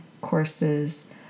courses